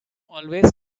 always